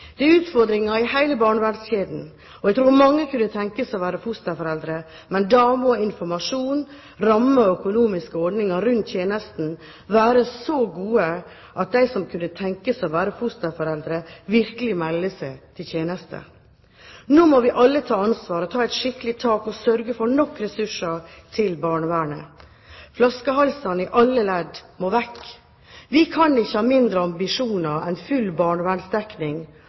det er mye å gripe fatt i. Det er utfordringer i hele barnevernskjeden. Jeg tror mange kunne tenke seg å være fosterforeldre, men da må informasjon, rammevilkår og økonomiske ordninger rundt tjenesten være så gode at de som kunne tenke seg å være fosterforeldre, virkelig melder seg til tjeneste. Nå må vi alle ta ansvar, ta et skikkelig tak og sørge for nok ressurser til barnevernet. Flaskehalsene i alle ledd må vekk. Vi kan ikke ha mindre ambisjoner enn full